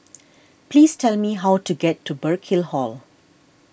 please tell me how to get to Burkill Hall